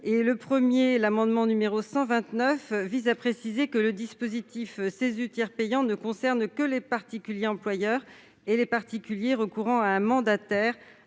mesure. L'amendement n° 129 tend ainsi à préciser que le dispositif CESU tiers payant ne concerne que les particuliers employeurs et les particuliers recourant à un mandataire,